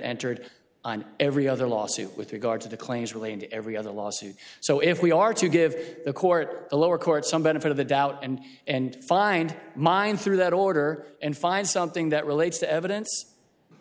entered on every other lawsuit with regard to the claims related every other lawsuit so if we are to give the court a lower court some benefit of the doubt and and find mind through that order and find something that relates to evidence